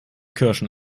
kirschen